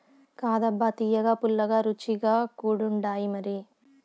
కాదబ్బా తియ్యగా, పుల్లగా, రుచిగా కూడుండాయిమరి